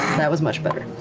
that was much better.